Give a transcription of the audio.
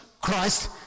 Christ